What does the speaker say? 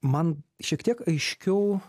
man šiek tiek aiškiau